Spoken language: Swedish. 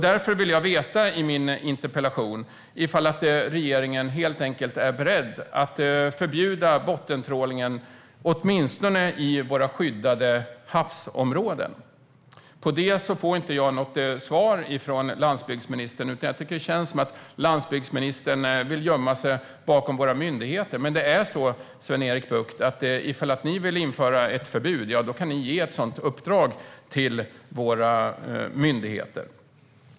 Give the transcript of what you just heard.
Därför frågade jag i min interpellation om regeringen är beredd att förbjuda bottentrålning åtminstone i de skyddade havsområdena. Men jag fick inget svar från landsbygdsministern. Det känns som att han vill gömma sig bakom myndigheterna. Men, Sven-Erik Bucht, om ni vill införa ett förbud kan ni ge ett sådant uppdrag till våra myndigheter.